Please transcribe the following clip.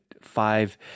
five